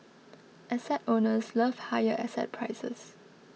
asset owners love higher asset prices